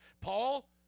Paul